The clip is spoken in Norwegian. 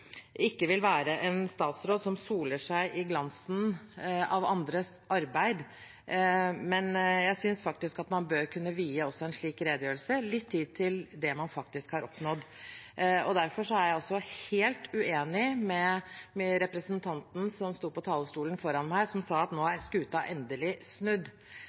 ikke vil være en statsråd som soler seg i glansen av andres arbeid. Men jeg synes faktisk at man, også i en slik redegjørelse, bør kunne vie litt tid til det man faktisk har oppnådd. Derfor er jeg også helt uenig med representanten som sto på talerstolen før meg, som sa at nå er skuten endelig snudd.